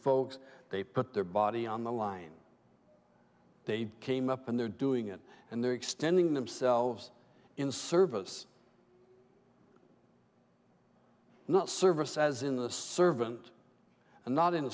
folks they put their body on the line they came up and they're doing it and they're extending themselves in service not service as in the servant and not in